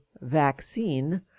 vaccine